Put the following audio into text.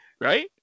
Right